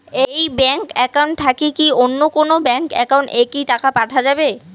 এই bank account থাকি কি অন্য কোনো ব্যাংক একাউন্ট এ কি টাকা পাঠা যাবে?